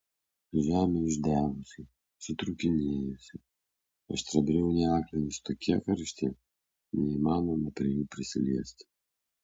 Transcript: žemė išdegusi sutrūkinėjusi aštriabriauniai akmenys tokie karšti neįmanoma prie jų prisiliesti